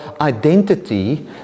identity